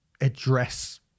address